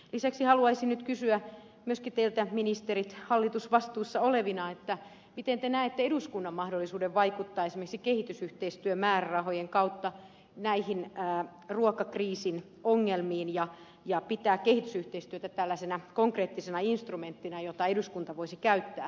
lisäksi haluaisin nyt kysyä myöskin teiltä ministerit hallitusvastuussa olevina miten te näette eduskunnan mahdollisuuden vaikuttaa esimerkiksi kehitysyhteistyömäärärahojen kautta näihin ruokakriisin ongelmiin ja pitää kehitysyhteistyötä tällaisena konkreettisena instrumenttina jota eduskunta voisi käyttää